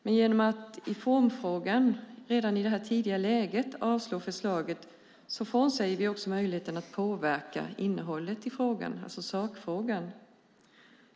Men genom att redan i formfrågan i detta tidiga läge föreslå avslag på förslaget frånsäger vi oss möjligheten att påverka innehållet i sakfrågan.